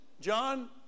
John